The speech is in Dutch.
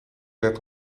let